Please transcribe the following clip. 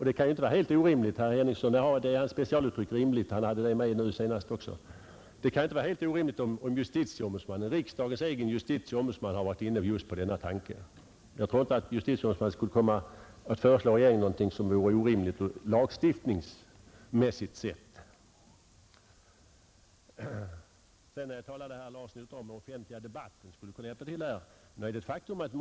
Det kan inte vara helt orimligt — herr Henningsson har ett specialuttryck, nämligen rimligt, som han också använde i sitt senaste anförande — om riksdagens egen justitieombudsman har varit inne på just denna tanke, Jag tror inte att justitieombudsmannen skulle föreslå något som vore orimligt lagstiftningsmässigt sett. Sedan talade herr Larsson i Luttra om att den offentliga debatten skulle kunna hjälpa till att förebygga missförhållanden.